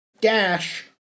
Dash